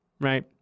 right